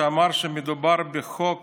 שאמר שמדובר בחוק